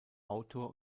autor